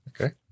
Okay